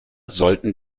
sollten